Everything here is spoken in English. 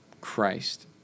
Christ